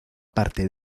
parte